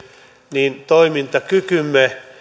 niin toimintakykymme